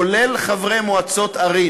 כולל חברי מועצות ערים